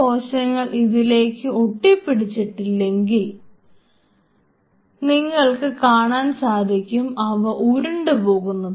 ഈ കോശങ്ങൾ ഇതിലേക്ക് ഒട്ടിപിടിച്ചില്ലെങ്കിൽ നിങ്ങൾക്ക് കാണാൻ സാധിക്കും അവ ഉരുണ്ട പോകുന്നത്